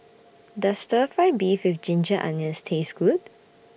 Does Stir Fry Beef with Ginger Onions Taste Good